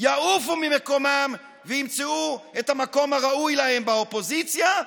יעופו ממקומם וימצאו את המקום הראוי להם באופוזיציה,